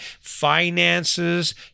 finances